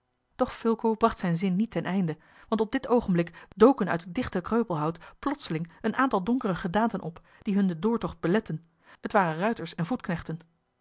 doch fulco bracht zijn zin niet ten einde want op dit oogenblik doken uit het dichte kreupelhout plotseling een aantal donkere gedaanten op die hun den doortocht beletten t waren ruiters en voetknechten